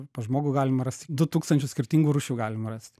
pas žmogų galima rasti du tūkstančius skirtingų rūšių galima rast